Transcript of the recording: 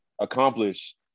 accomplish